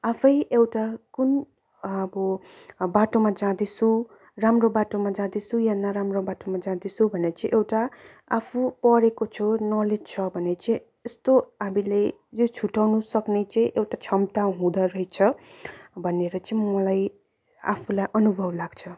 आफै एउटा कुन अब बाटोमा जाँदैछु राम्रो बाटोमा जाँदैछु या नाराम्रो बाटोमा जाँदैछु भनेर चाहिँ एउटा आफू पढेको छु नलेज छ भने चाहिँ यस्तो हामीले यो छुट्याउनु सक्ने चाहिँ एउटा क्षमता हुँदो रहेछ भनेर चाहिँ मलाई आफूलाई अनुभव लाग्छ